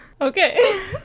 Okay